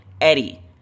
Eddie